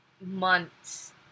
months